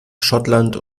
schottland